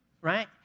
right